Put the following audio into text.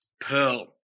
pearl